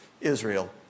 Israel